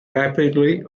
rapidly